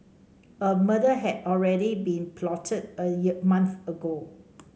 a murder had already been plotted a year month ago